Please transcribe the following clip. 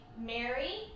Mary